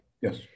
yes